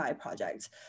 projects